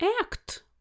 act